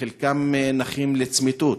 וחלקם נכים לצמיתות.